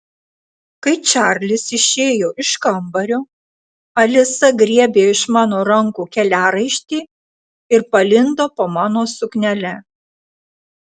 kai čarlis išėjo iš kambario alisa griebė iš mano rankų keliaraišti ir palindo po mano suknele